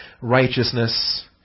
righteousness